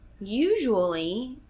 usually